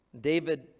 David